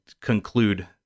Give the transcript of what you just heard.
conclude